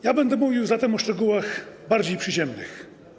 Ja będę mówił zatem o szczegółach bardziej przyziemnych.